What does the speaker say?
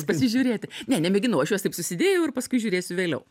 pasižiūrėti ne nemėginau aš juos taip susidėjau ir paskui žiūrėsiu vėliau